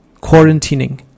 quarantining